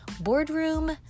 boardroom